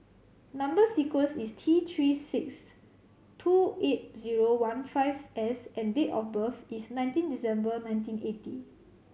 number sequence is T Three six two eight zero one fives S and date of birth is nineteen December nineteen eighty